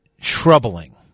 troubling